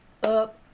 up